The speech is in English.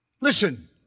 Listen